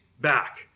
back